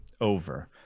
over